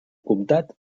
comtat